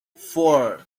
four